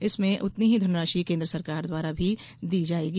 इसमें उतनी ही धनराशि केन्द्र सरकार द्वारा दी जाएगी